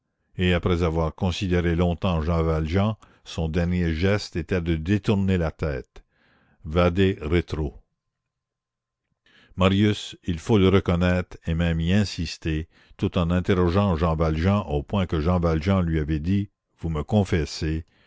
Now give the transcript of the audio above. et après avoir considéré longtemps jean valjean son dernier geste était de détourner la tête vade retro marius il faut le reconnaître et même y insister tout en interrogeant jean valjean au point que jean valjean lui avait dit vous me confessez